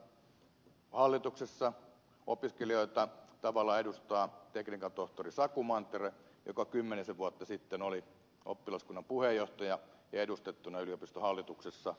esimerkiksi aalto yliopiston hallituksessa opiskelijoita tavallaan edustaa tekniikan tohtori saku mantere joka kymmenisen vuotta sitten oli oppilaskunnan puheenjohtaja ja edustettuna yliopiston hallituksessa